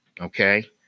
Okay